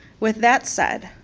with that said,